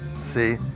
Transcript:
See